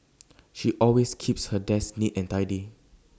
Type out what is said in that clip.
she always keeps her desk neat and tidy